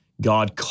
God